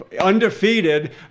undefeated